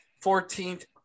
fourteenth